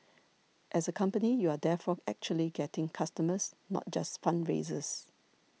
as a company you are therefore actually getting customers not just fundraisers